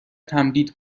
تمدید